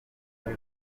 muri